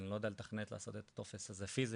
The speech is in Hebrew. כי אני לא יודע לתכנת לעשות את הטופס הזה פיזי